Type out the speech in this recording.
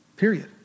period